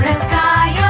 sky